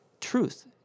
truth